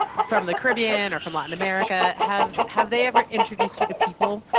from the caribbean or from latin america, have have they ever introduced you to people?